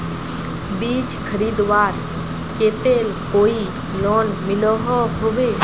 बीज खरीदवार केते कोई लोन मिलोहो होबे?